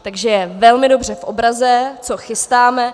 Takže je velmi dobře v obraze, co chystáme.